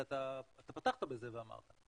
אתה פתחת בזה ואמרת.